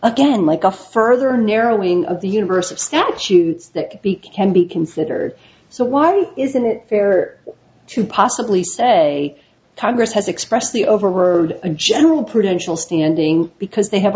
again like a further narrowing of the universe of statutes that could be can be considered so why isn't it fair to possibly say congress has expressly over word and general prudential standing because they have